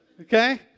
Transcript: Okay